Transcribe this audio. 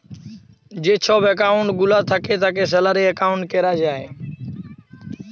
যে ছব একাউল্ট গুলা থ্যাকে তাকে স্যালারি একাউল্ট ক্যরা যায়